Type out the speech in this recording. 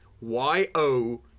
Y-O